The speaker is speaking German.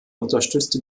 unterstützte